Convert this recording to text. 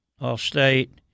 all-state